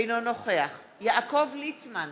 אינו נוכח יעקב ליצמן,